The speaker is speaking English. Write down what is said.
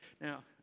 now